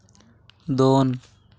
ᱫᱚᱱ